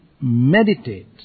meditate